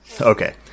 Okay